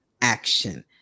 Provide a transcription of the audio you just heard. action